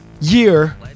year